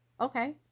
okay